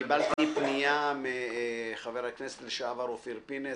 קיבלתי פנייה מחבר הכנסת לשעבר אופיר פינס,